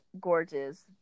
gorgeous